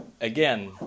again